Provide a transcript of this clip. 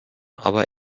aber